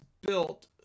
built